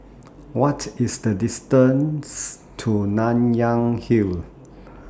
What IS The distance to Nanyang Hill